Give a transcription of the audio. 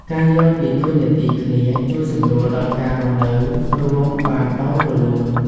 ការយល់ពីតួរនាទីគ្នាជួយសម្រួលដល់ការរស់នៅរួមបានដោយរលូន។